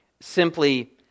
Simply